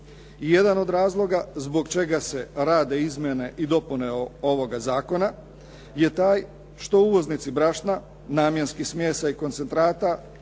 jedan od razloga zbog čega se rade izmjene i dopune ovoga zakona je taj što uvoznici brašna, namjenskih smjesa i koncentrata